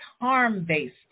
harm-based